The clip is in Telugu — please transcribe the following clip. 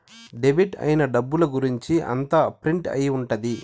డెబిట్ అయిన డబ్బుల గురుంచి అంతా ప్రింట్ అయి ఉంటది